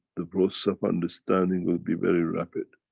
the process of understanding will be very rapid.